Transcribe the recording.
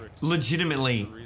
legitimately